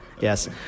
Yes